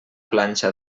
planxa